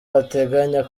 bateganya